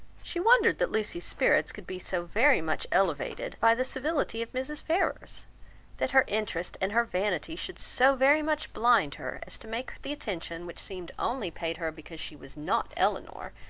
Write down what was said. she wondered that lucy's spirits could be so very much elevated by the civility of mrs. ferrars that her interest and her vanity should so very much blind her as to make the attention which seemed only paid her because she was not elinor,